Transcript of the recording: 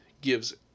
gives